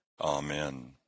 Amen